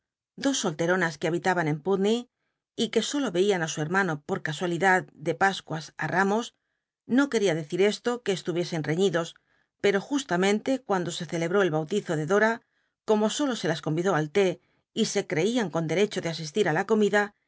dos solteronas que habitaban en i utney y que solo y eian i su hermano po casualidad de pascuas i liamos no queda decir esto que estuviesen reñidos pei'o justamente cuando se celebró el bautizo de dora como solo se las com idó al té y se creían con de ccho de asistí ti la comida